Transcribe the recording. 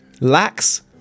Lax